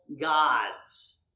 gods